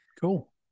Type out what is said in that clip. Cool